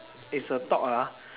is a thought ah